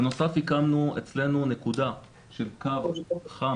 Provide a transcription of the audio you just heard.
בנוסף הקמנו אצלנו נקודה של קו חם,